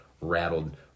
rattled—